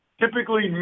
typically